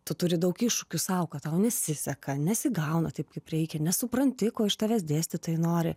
tu turi daug iššūkių sau kad tau nesiseka nesigauna taip kaip reikia nesupranti ko iš tavęs dėstytojai nori